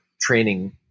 training